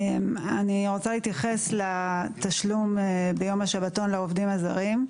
אני רוצה להתייחס לתשלום ביום השבתון לעובדים הזרים,